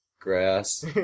Grass